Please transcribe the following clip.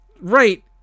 Right